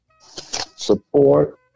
support